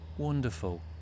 Wonderful